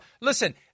Listen